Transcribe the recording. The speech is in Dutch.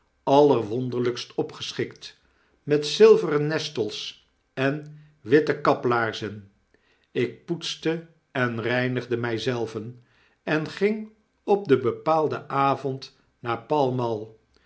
allerwonderlykst opgeschikt met zilveren nestels en witte kaplaarzen ik poetste en reinigde my zelven en ging op den bepaalden avond naar pall